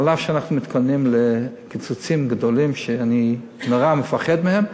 אף שאנחנו מתכוננים לקיצוצים גדולים שאני נורא מפחד מהם,